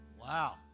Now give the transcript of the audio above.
Wow